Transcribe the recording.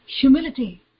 humility